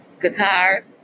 Guitars